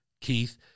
Keith